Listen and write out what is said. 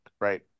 right